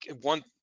one